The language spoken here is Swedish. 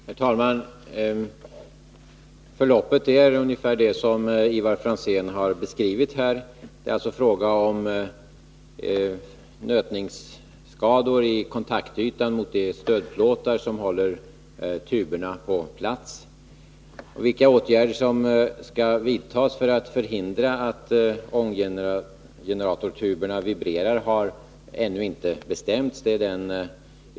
Herr talman! Förloppet är ungefär det som Ivar Franzén har beskrivit. Det är alltså fråga om nötningsskador på kontaktytan mot de stödplåtar som håller tuberna på plats. Vilka åtgärder som skall vidtas för att förhindra att ånggeneratortuberna vibrerar har ännu inte bestämts.